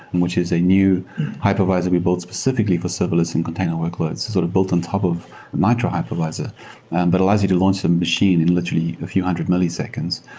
and which is a new hypervisor we built specifically for serverless and container workloads is sort of built on top of nitro hypervisor and but allows you to launch some machine in literally a few hundred milliseconds.